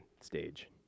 stage